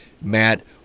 Matt